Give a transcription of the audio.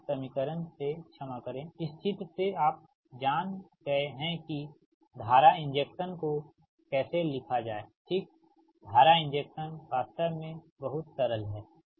तो इस समीकरण से क्षमा करें इस चित्र से अब आप जान गए हैं कि धारा इंजेक्शन को कैसे लिखा जाए ठीक धारा इंजेक्शन वास्तव में बहुत सरल है